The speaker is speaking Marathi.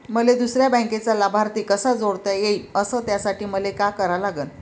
मले दुसऱ्या बँकेचा लाभार्थी कसा जोडता येईन, अस त्यासाठी मले का करा लागन?